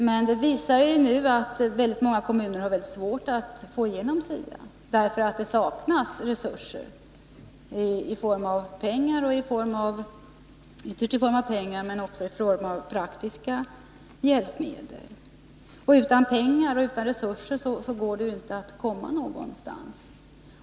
Men det visar sig nu att väldigt många kommuner har svårt att få igenom SIA därför att det saknas resurser, ytterst i form av pengar men också i form av praktiska hjälpmedel, och utan resurser går det inte att komma någonstans.